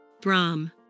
Brahm